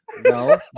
No